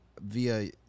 via